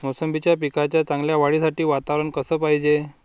मोसंबीच्या पिकाच्या चांगल्या वाढीसाठी वातावरन कस पायजे?